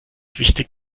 wichtig